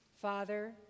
Father